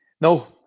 no